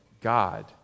God